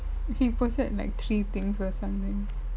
he posted like three things or something